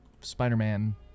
Spider-Man